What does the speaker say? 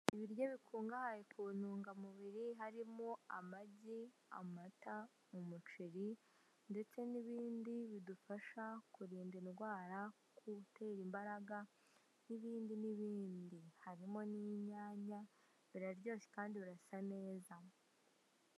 Ibiryo bikungahaye kuntungamubiri harimo amagi ,amata, umuceri ndetse n' ibindi bidufasha kurind' indwara kubiter' imbaraga n'bindi n'ibindi ,harimo n'inyanya biraryoshye kandi birasa neza.